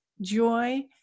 joy